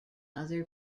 other